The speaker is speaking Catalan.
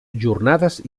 jornades